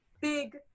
big